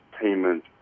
payment